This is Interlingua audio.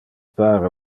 pare